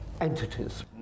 entities